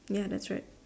ya that's right